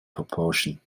proportion